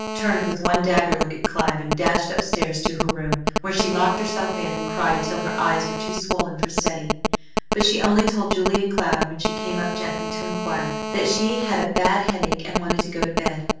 turned with one dagger look at clive, and dashed up-stairs to her room, where she locked herself in and cried till her eyes were too swollen for study but she only told julia cloud, when she came up gently to inquire, that she had a bad headache and wanted to go to bed.